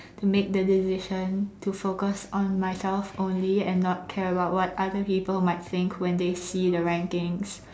to make the decision to focus on myself only and not care about what other people might think when they see the rankings